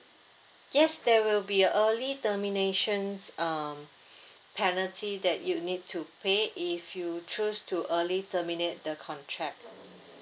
yes there will be early terminations um penalty that you need to pay if you choose to early terminate the contract